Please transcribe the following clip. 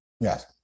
Yes